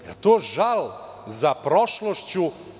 Jel to žal za prošlošću.